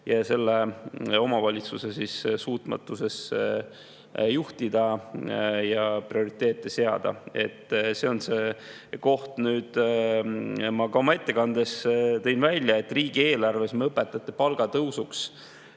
ja selle omavalitsuse suutmatuses juhtida ja prioriteete seada. See on see koht. Ma tõin ka oma ettekandes välja, et riigieelarves me nägime õpetajate palga tõusuks